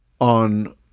on